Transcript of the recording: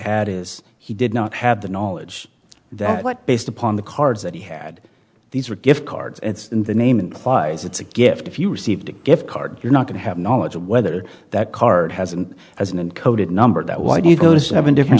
had is he did not have the knowledge that based upon the cards that he had these were gift cards and in the name implies it's a gift if you received a gift card you're not going to have knowledge of whether that card hasn't hasn't coded number that why do you go to seven different